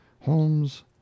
Holmes